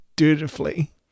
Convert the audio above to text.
dutifully